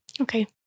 Okay